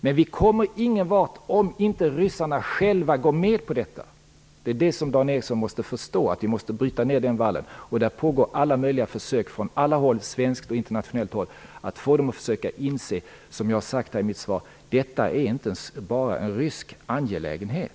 Men vi kommer ingen vart om inte ryssarna själva går med på detta. Det är det som Dan Ericsson måste förstå. Vi måste bryta ned den vallen. Det pågår alla möjliga försök från alla håll, svenskt och internationellt, att få dem att försöka inse, som jag sade i mitt svar, att detta inte bara är en rysk angelägenhet.